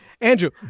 Andrew